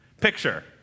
picture